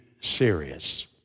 serious